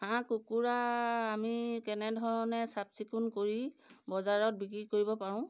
হাঁহ কুকুৰা আমি কেনেধৰণে চাফচিকুণ কৰি বজাৰত বিক্ৰী কৰিব পাৰোঁ